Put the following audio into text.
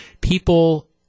people